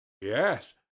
Yes